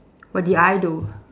what did I do